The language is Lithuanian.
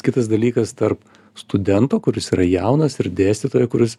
kitas dalykas tarp studento kuris yra jaunas ir dėstytojo kuris